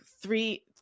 three